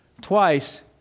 Twice